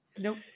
Nope